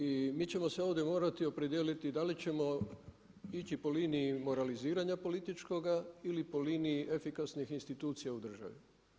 I mi ćemo se ovdje morati opredijeliti da li ćemo ići po liniji moraliziranja političkoga ili po liniji efikasnih institucija u državi.